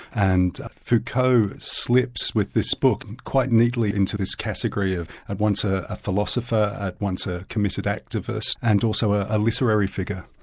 and foucault slips with this book and quite neatly into this category of at once a a philosopher, at once a committed activist, and also a literary figure.